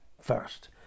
first